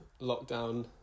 lockdown